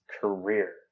career